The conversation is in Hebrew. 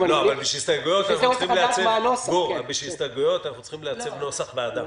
אבל בשביל הסתייגויות אנחנו צריכים לעצב נוסח ועדה.